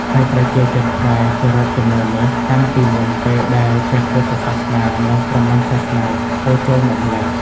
ហើយប្រជាជនខ្មែរ គោរពជំនឿនេះ តាំងពីមុនពេលដែលព្រះពុទ្ធសាសនា និងព្រហ្មញ្ញសាសនា ហូរចូលមកម្ល៉េះ។